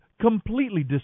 completely